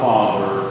Father